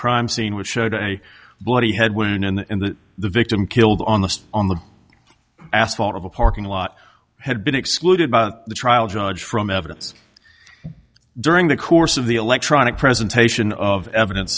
crime scene which showed a bloody head wound and that the victim killed on the spot on the asphalt of a parking lot had been excluded by the trial judge from evidence during the course of the electronic presentation of evidence